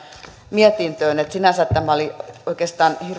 mietintöön että sinänsä tämä oli oikeastaan